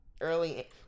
early